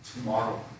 tomorrow